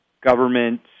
government